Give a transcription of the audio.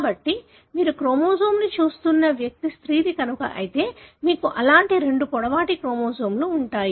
కాబట్టి మీరు క్రోమోజోమ్ని చూస్తున్న వ్యక్తి స్త్రీది కనుక అయితే మీకు అలాంటి రెండు పొడవాటి క్రోమోజోమ్లు ఉంటాయి